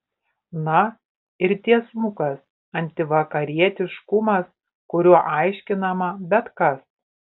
na ir tiesmukas antivakarietiškumas kuriuo aiškinama bet kas